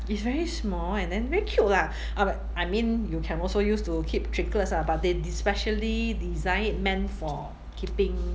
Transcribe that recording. it's very small and then very cute lah uh I mean you can also use to keep trinkets ah but they des~ specially design it meant for keeping